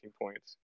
points